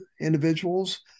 individuals